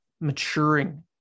maturing